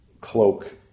cloak